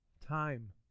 Time